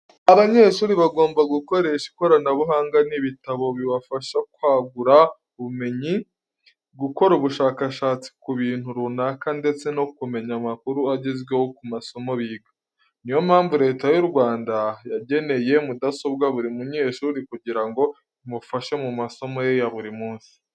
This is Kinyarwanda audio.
Abanyeshuri bagomba gukoresha ikoranabuhanga n'ibitabo bibafasha kwagura ubumenyi. Gukora ubushakashatsi ku bintu runaka ndetse no kumenya amakuru agezweho ku masomo biga. Ni yo mpamvu Leta y'u Rwanda yageneye mudasobwa buri munyeshuri kugira ngo imufashe mu masomo ye ya buri munsi.